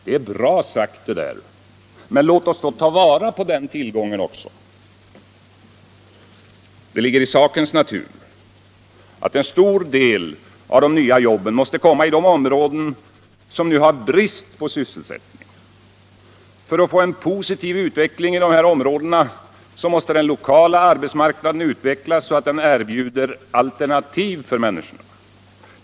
Det är bra sagt — låt oss då också ta vara på den tillgången! Det ligger i sakens natur att en stor del av de nya jobben måste komma i de områden som nu har brist på sysselsättning. För att få en positiv utveckling i dessa områden måste den lokala arbetsmarknaden utvecklas så att den erbjuder alternativ för människorna.